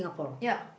ya